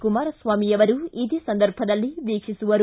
ಕುಮಾರಸ್ವಾಮಿ ಅವರು ಇದೇ ಸಂದರ್ಭದಲ್ಲಿ ವೀಕ್ಷಿಸುವರು